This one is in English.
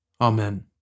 Amen